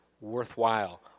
worthwhile